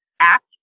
act